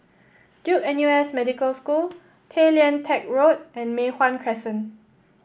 Duke N U S Medical School Tay Lian Teck Road and Mei Hwan Crescent